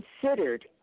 considered